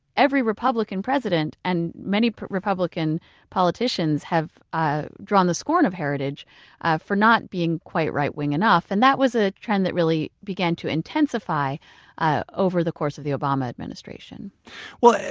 every republican president, and many republican politicians, have ah drawn the scorn of heritage for not being quite right-wing enough. and that was a trend that really began to intensify ah over the course of the obama administration well,